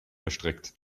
erstreckt